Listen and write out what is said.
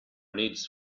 needs